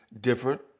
different